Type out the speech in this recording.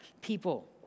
people